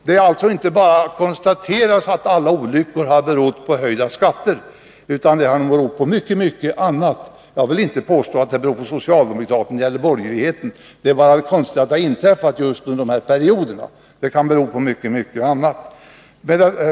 Det skall inte bara konstateras att alla olyckor har berott på höjda skatter, utan de har berott på mycket annat. Jag vill inte påstå att de beror på socialdemokraterna eller borgerligheten — det är bara konstigt att de har inträffat just under dessa perioder då borgarna regerade. Men de kan bero på mycket annat.